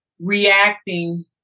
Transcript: reacting